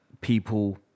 people